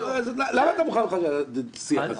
אז למה אתה מוכן בכלל לשיח הזה?